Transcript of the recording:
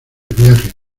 viajes